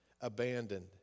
abandoned